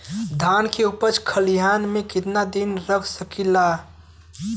धान के उपज खलिहान मे कितना दिन रख सकि ला?